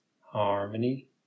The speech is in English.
harmony